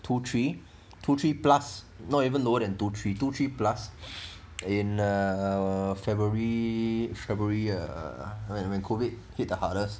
two three two three plus not even lower than two three two three plus in uh february february uh when when COVID hit the hardest